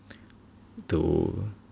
to